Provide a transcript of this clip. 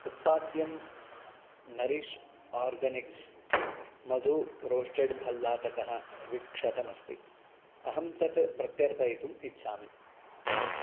उत्पाद्यं Nourish Organics मधु roasted भल्लातकः विक्षतमस्ति अहं तत् प्रत्यर्पयितुम् इच्छामि